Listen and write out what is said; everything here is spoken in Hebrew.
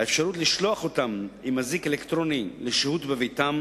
האפשרות לשלוח אותם עם אזיק אלקטרוני לשהות בביתם